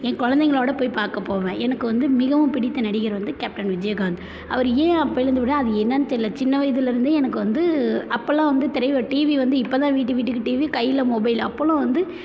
என் குழந்தைங்களோட போய் பார்க்க போவேன் எனக்கு வந்து மிகவும் பிடித்த நடிகர் வந்து கேப்டன் விஜய்காந்த் அவரை ஏன் அப்போயிலேருந்து பிடிக்குன்னா அது என்னென்னு தெரில சின்ன வயதுலேருந்தே எனக்கு வந்து அப்போலாம் வந்து திரை டிவி வந்து இப்போ தான் வீட்டு வீட்டுக்கு டிவி கையில் மொபைல் அப்போலாம் வந்து